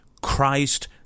Christ